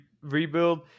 rebuild